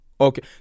Okay